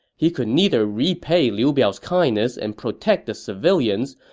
he could neither repay liu biao's kindness and protect the civilians,